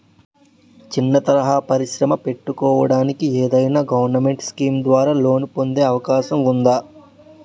చిన్న తరహా పరిశ్రమ పెట్టుకోటానికి ఏదైనా గవర్నమెంట్ స్కీం ద్వారా లోన్ పొందే అవకాశం ఉందా?